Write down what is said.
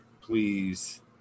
please